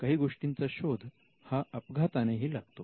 काही गोष्टींचा शोध हा अपघाताने ही लागतो